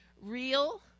real